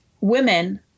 women